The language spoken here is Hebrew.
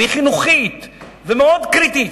והיא חינוכית ומאוד קריטית,